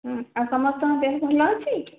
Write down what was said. ଆଉ ସମସ୍ତଙ୍କ ଦେହ ଭଲ ଅଛି